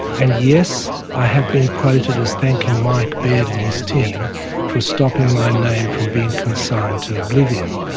and yes, i have been quoted as thanking mike baird and his team for stopping my name from being consigned to oblivion,